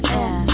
air